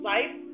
Life